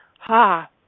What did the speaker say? ha